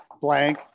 blank